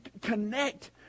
connect